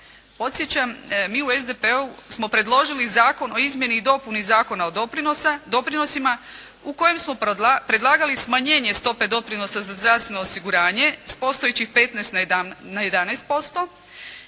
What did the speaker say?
Podsjećam, mi u SDP-u smo predložili zakon o izmjeni i dopuni Zakona o doprinosima u kojem smo predlagali smanjenje stope doprinosa za zdravstveno osiguranje sa postojećih 15 na 11%